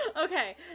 Okay